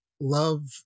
love